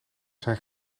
zijn